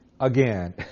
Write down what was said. Again